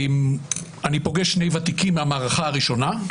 ופגשתי שני ותיקים מהמערכה הראשונה,